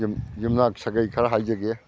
ꯌꯨꯝꯅꯥꯛ ꯁꯥꯒꯩ ꯈꯔ ꯍꯥꯏꯖꯒꯦ